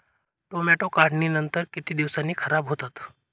Tomato काढणीनंतर किती दिवसांनी खराब होतात?